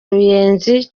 ruyenzi